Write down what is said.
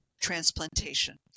transplantation